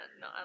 no